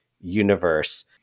Universe